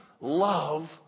love